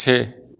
से